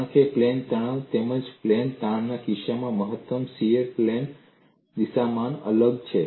કારણ કે પ્લેન તણાવ તેમજ પ્લેન તાણના કિસ્સામાં મહત્તમ શીયર પ્લેન દિશામાન અલગ છે